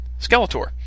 Skeletor